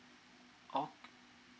oh